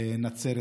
בנצרת.